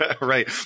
right